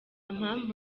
mpamvu